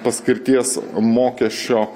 paskirties mokesčio